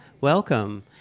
Welcome